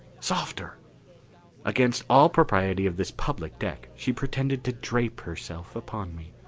softer against all propriety of this public deck she pretended to drape herself upon me.